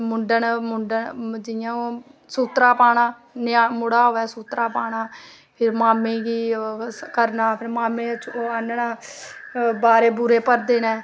ते मुंडन जियां सूत्रा पाना मुड़ा होऐ सूत्रा पाना फिर मामे गी ओ करना फिर मामे आह्नना बारे बूरे भरदे नै